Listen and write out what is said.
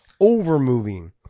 over-moving